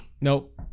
nope